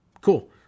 Cool